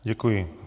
Děkuji.